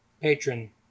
patron